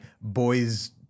boys